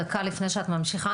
דקה לפני שאת ממשיכה.